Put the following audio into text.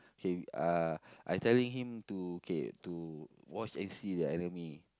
okay uh I telling him to okay to watch and see the enemy